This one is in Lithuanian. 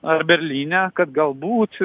ar berlyne kad galbūt